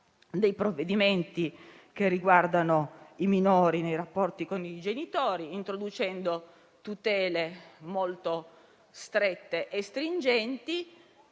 dei provvedimenti che riguardano i minori nei rapporti con i genitori, introducendo tutele molto strette e stringenti